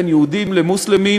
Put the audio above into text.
בין יהודים למוסלמים,